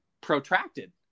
protracted